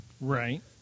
Right